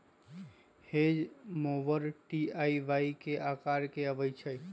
hedge mower T आ Y के अकार में अबई छई